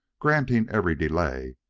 granting every delay,